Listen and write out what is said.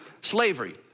slavery